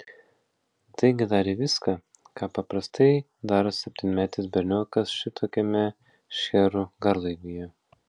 taigi darė viską ką paprastai daro septynmetis berniokas šitokiame šcherų garlaivyje